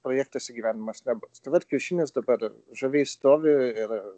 projektas įgyvendinamas nebus tai vat kiaušinis dabar žaviai stovi ir